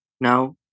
Now